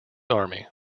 army